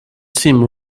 seemed